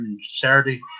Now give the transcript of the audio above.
Saturday